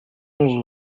onze